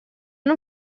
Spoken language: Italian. non